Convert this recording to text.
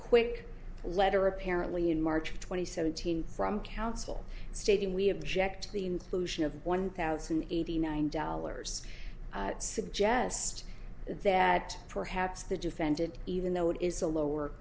quick letter apparently in march twenty seventh team from counsel stating we object the inclusion of one thousand and eighty nine dollars suggest that perhaps the defendant even though it is a lower